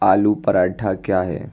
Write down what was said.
आलू पराठा क्या है